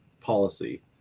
policy